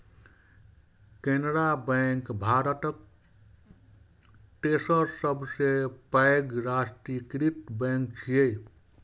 Canara bank भारतक तेसर सबसं पैघ राष्ट्रीयकृत बैंक छियै